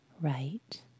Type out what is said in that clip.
Right